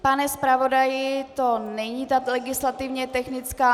Pane zpravodaji, to není ta legislativně technická.